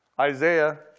Isaiah